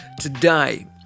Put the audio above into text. today